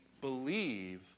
believe